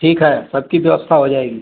ठीक है सब की व्यवस्था हो जाएगी